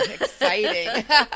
Exciting